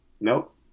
Nope